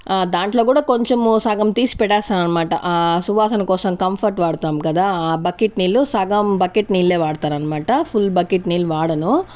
దాంట్లో కూడా కొంచము సగం తీసి పెట్టేస్తాం అన్మాట ఆ సువాసన కోసం కంఫర్ట్ వాడతాం కదా ఆ బకెట్ నీళ్ళు సగం బకెట్ నీళ్ళే వాడతారన్మాట ఫుల్ బకెట్ నీళ్ళు వాడను